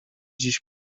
dziś